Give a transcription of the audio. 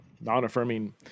non-affirming